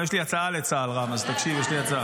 יש לי הצעה לצה"ל, רם, אז תקשיב, יש לי הצעה.